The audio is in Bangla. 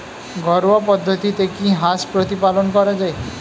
ঘরোয়া পদ্ধতিতে কি হাঁস প্রতিপালন করা যায়?